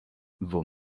vos